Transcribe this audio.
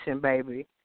baby